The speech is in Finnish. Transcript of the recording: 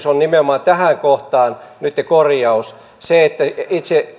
on nimenomaan tähän kohtaan korjaus itse